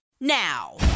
now